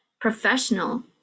professional